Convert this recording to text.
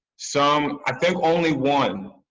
some, i think only one,